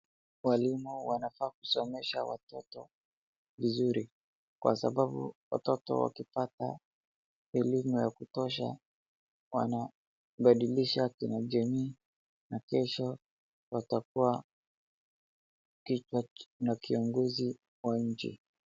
Walaimu wanafaa kusomesha watoto vizuri. Kwa sababu watoto wakipata elimu ya kutosha wanabadilisha jamii na kesho watakuwa kichwa na kiongozi wa nchi.